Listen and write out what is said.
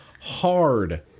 hard